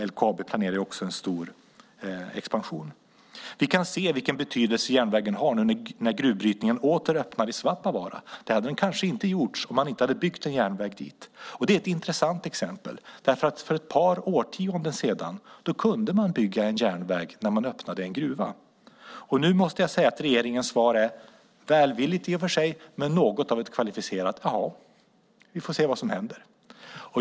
LKAB planerar ju också en stor expansion. Vi kan se vilken betydelse järnvägen har när gruvbrytningen åter öppnar i Svappavaara. Det hade kanske inte skett om man inte hade byggt en järnväg dit. Det är ett intressant exempel. För ett par årtionden sedan kunde man bygga en järnväg när man öppnade en gruva. Nu måste jag säga att regeringens svar i och för sig är välvilligt, men det är något av ett kvalificerat: Jaha, vi får se vad som händer.